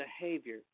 behavior